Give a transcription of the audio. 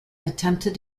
attempted